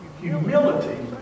humility